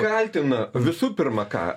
kaltina visų pirma ką